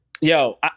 yo